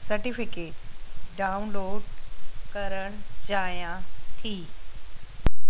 certificate download करणु चाहियां थी